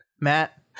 Matt